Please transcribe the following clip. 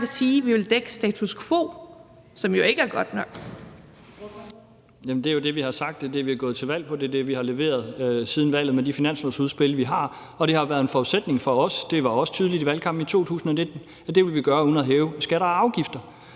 det er jo det, vi har sagt, og det, vi er gået til valg på. Det er det, vi har leveret siden valget med de finanslovsudspil, vi har. Og det har været en forudsætning for os – det var også tydeligt i valgkampen i 2019 – at det vil vi gøre uden at hæve skatter og afgifter.